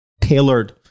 tailored